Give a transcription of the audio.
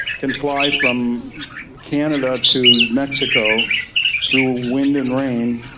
can fly from canada to mexico through ah wind and rain,